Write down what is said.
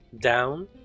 down